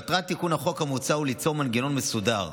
מטרת תיקון החוק המוצע היא ליצור מנגנון מסודר,